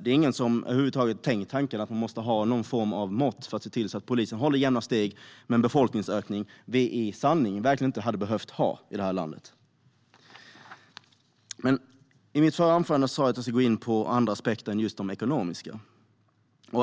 Det är ingen annan som har tänkt på att man måste ha någon form av mått för att se till att polisen håller jämna steg med en befolkningsökning som vi i sanning inte hade behövt ha i det här landet. I mitt förra anförande sa jag att jag skulle gå in på andra aspekter än just de ekonomiska.